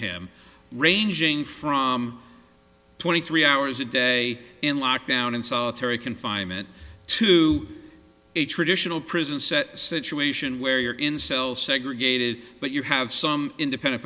him ranging from twenty three hours a day in lockdown in solitary confinement to a traditional prison set situation where you're in cell segregated but you have some independen